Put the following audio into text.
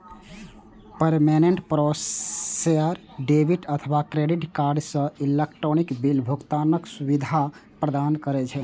payment processor debit अथवा credit card सं electronic bill भुगतानक सुविधा प्रदान करै छै